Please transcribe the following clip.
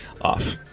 off